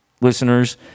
listeners